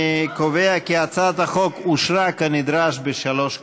אני קובע כי הצעת החוק אושרה כנדרש בשלוש קריאות.